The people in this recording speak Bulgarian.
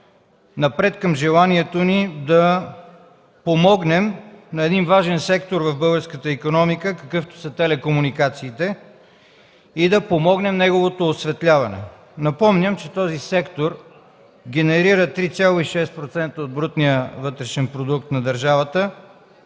напред към желанието ни да помогнем на един важен сектор в българската икономика, какъвто са телекомуникациите и да помогнем неговото осветляване. Напомням, че този сектор генерира 3,6% от брутния вътрешен продукт на държавата